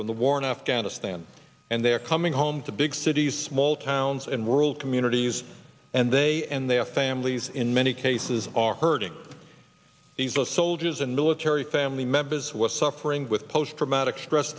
from the war in afghanistan and they are coming home to big cities small towns and rural communities and they and their families in many cases are hurting these are soldiers and military family members was suffering with post traumatic stress